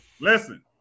Listen